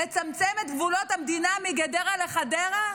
לצמצם את גבולות המדינה מגדרה לחדרה?